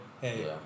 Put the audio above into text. Hey